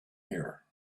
here